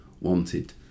wanted